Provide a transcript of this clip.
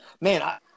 Man